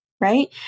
Right